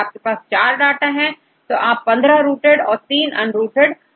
यदि 4 डाटा हो तो15 रूटेड और 3 अनरूटेड ट्री बन सकते हैं